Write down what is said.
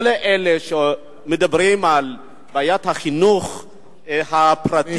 כל אלה שמדברים על בעיית החינוך הפרטי,